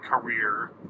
career